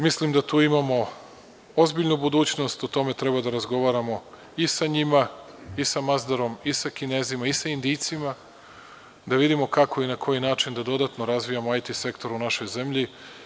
Mislim da tu imamo ozbiljnu budućnost i o tome treba da razgovaramo i sa njima i sa „Mazdarom“ i sa Kinezima i sa Indijcima, da vidimo kako i na koji način da dodatno razvijamo IT sektor u našoj zemlji.